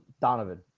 Donovan